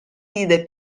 vide